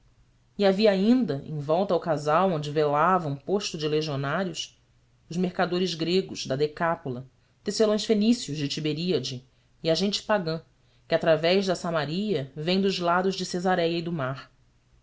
havia ainda em volta ao casal onde velava um posto de legionários os mercadores gregos da decápola tecelões fenícios de tiberíade e a gente pagã que através de samaria vem dos lados de cesaréia e do mar